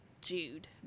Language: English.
Jude